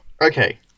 Okay